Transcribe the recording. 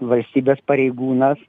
valstybės pareigūnas